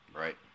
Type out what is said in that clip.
Right